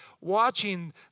watching